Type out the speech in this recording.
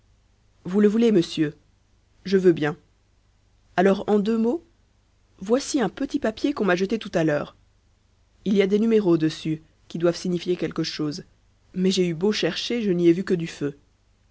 vous le voulez monsieur je veux bien alors en deux mots voici un petit papier qu'on m'a jeté tout à l'heure il y a des numéros dessus qui doivent signifier quelque chose mais j'ai eu beau chercher je n'y ai vu que du feu